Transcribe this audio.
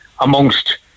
amongst